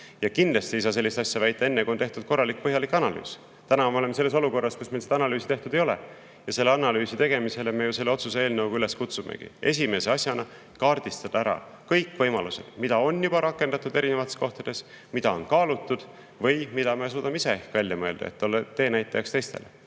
Ja kindlasti ei saa sellist asja väita enne, kui on tehtud korralik, põhjalik analüüs. Täna me oleme olukorras, kus meil analüüsi tehtud ei ole, ja analüüsi tegemisele me selle otsuse eelnõuga üles kutsumegi. Esimese asjana [tuleks] kaardistada ära kõik võimalused, mida on juba rakendatud erinevates kohtades, mida on kaalutud või mida me suudame ehk ise välja mõelda, et olla teenäitajaks teistele. Minu